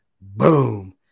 boom